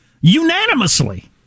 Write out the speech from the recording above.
unanimously